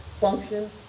function